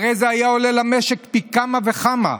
הרי זה היה עולה למשק פי כמה וכמה.